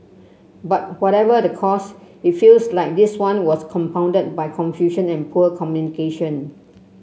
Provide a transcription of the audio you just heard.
but whatever the cause it feels like this one was compounded by confusion and poor communication